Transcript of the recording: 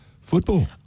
football